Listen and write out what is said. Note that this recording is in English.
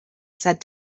said